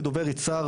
כדובר יצהר,